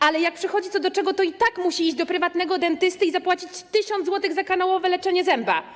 Ale jak przychodzi co do czego, to i tak musi iść do prywatnego dentysty i zapłacić 1 tys. zł za kanałowe leczenie zęba.